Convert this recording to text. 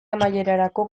amaierarako